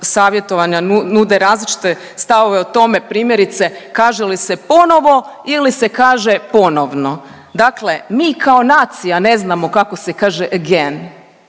savjetovanja nude različite stavove u tome primjerice kaže li se ponovo ili se kaže ponovno? Dakle, mi kao nacija ne znamo kako se kaže again,